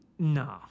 No